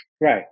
right